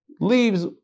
leaves